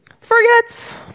Forgets